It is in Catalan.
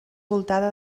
voltada